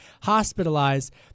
hospitalized